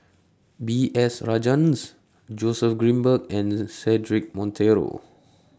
B S Rajhans Joseph Grimberg and Cedric Monteiro